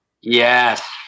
Yes